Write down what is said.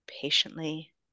patiently